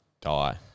die